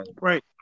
right